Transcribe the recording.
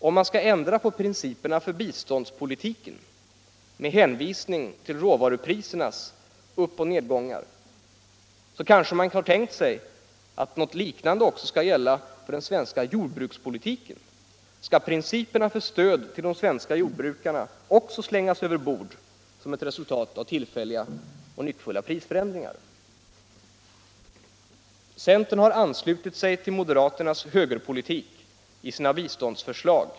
Om man skall ändra på principerna för biståndspolitiken med hänvisning till råvaruprisernas uppoch nedgångar kanske man har tänkt sig att något liknande skall gälla för den svenska jordbrukspolitiken. Skall principerna för stöd till de svenska jordbrukarna också slängas över bord som ett resultat av tillfälliga och nyckfulla prisförändringar? Centern har anslutit sig till moderaternas högerpolitik i sina biståndsförslag.